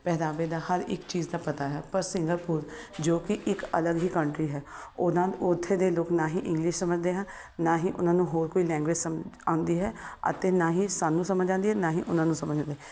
ਪਹਿਰਾਵੇ ਦਾ ਹਰ ਇੱਕ ਚੀਜ਼ ਦਾ ਪਤਾ ਹੈ ਪਰ ਸਿੰਘਾਪੁਰ ਜੋ ਕਿ ਇੱਕ ਅਲੱਗ ਹੀ ਕੰਟਰੀ ਹੈ ਉਹਨਾਂ ਉੱਥੇ ਦੇ ਲੋਕ ਨਾ ਹੀ ਇੰਗਲਿਸ਼ ਸਮਝਦੇ ਹਨ ਨਾ ਹੀ ਉਹਨਾਂ ਨੂੰ ਹੋਰ ਕੋਈ ਲੈਂਗੁਏਜ ਸਮਝ ਆਉਂਦੀ ਹੈ ਅਤੇ ਨਾ ਹੀ ਸਾਨੂੰ ਸਮਝ ਆਉਂਦੀ ਹੈ ਨਾ ਹੀ ਉਹਨਾਂ ਨੂੰ ਸਮਝ ਆਉਂਦੀ